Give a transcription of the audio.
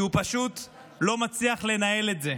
כי הוא פשוט לא מצליח לנהל את זה.